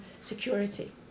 security